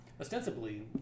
Ostensibly